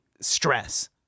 stress